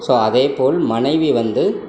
so அதேபோல் மனைவி வந்து